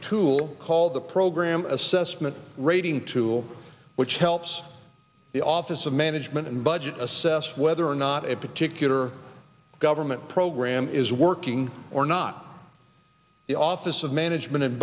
tool called the program assessment rating tool which helps the office of management and budget assess whether or not a particular government program is working or not the office of management